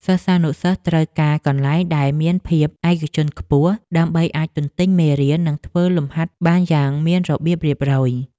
សិស្សានុសិស្សត្រូវការកន្លែងដែលមានភាពឯកជនខ្ពស់ដើម្បីអាចទន្ទិញមេរៀននិងធ្វើលំហាត់បានយ៉ាងមានរបៀបរៀបរយ។